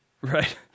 right